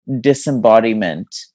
disembodiment